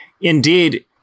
Indeed